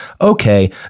okay